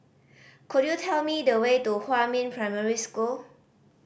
could you tell me the way to Huamin Primary School